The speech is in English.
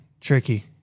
tricky